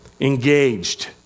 Engaged